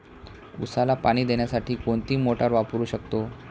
उसाला पाणी देण्यासाठी कोणती मोटार वापरू शकतो?